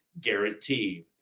guarantee